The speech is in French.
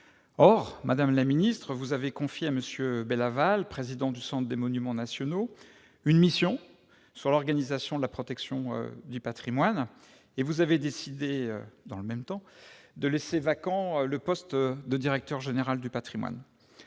divergents. Or vous avez confié à M. Bélaval, président du Centre des monuments nationaux, une mission sur l'organisation de la protection du patrimoine et vous avez décidé dans le même temps de laisser vacant le poste de directeur général du patrimoine.